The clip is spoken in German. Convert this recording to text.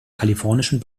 kalifornischen